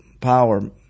power